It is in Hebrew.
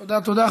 תודה, תודה.